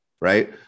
Right